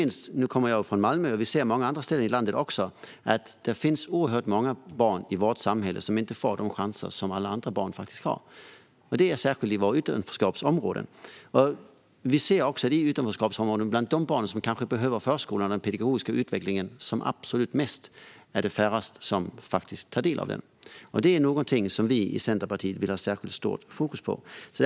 Nu kommer jag från Malmö, men vi ser även på många andra ställen i landet att det finns oerhört många barn i vårt samhälle som inte får de chanser som andra barn har. Det gäller särskilt i våra utanförskapsområden. Vi ser också i utanförskapsområdena att det är bland de barn som kanske behöver förskolan och den pedagogiska utvecklingen som absolut mest som det är "færrest" som faktiskt tar del av den. Det är någonting som vi i Centerpartiet har särskilt fokus på.